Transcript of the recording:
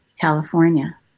California